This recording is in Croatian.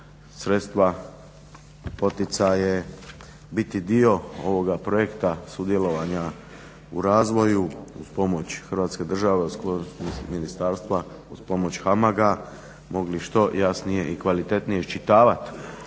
sredstva, poticaje biti dio ovoga projekta sudjelovanja u razvoju, pomoć Hrvatske države u sklopu ministarstva uz pomoć HAMAG-a mogli što jasnije i kvalitetnije iščitavat